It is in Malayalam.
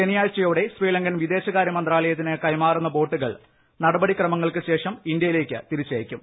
ശനിയാഴ്ചയോടെ ശ്രീലങ്കൻ വിദേശകാര്യ മന്ത്രാലയത്തിന് കൈമാറുന്ന ബോട്ടുകൾ നടപ്പടി ക്ര്മങ്ങൾക്ക് ശേഷം ഇന്ത്യയിലേക്ക് തിരിച്ചയയ്ക്കും